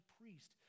priest